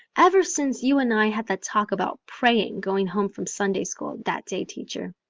ever since you and i had that talk about praying going home from sunday school that day, teacher.